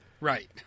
Right